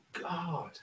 God